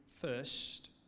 first